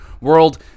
World